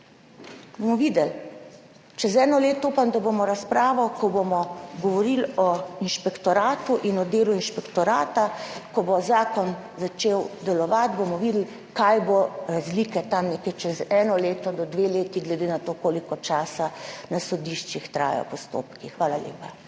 amandma. Čez eno leto, upam da bomo v razpravi, ko bomo govorili o inšpektoratu in o delu inšpektorata, ko bo zakon začel delovati, videli, kaj bodo razlike tam nekje čez eno leto do dve leti, glede na to, koliko časa trajajo postopki na sodiščih. Hvala lepa.